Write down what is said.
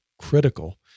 critical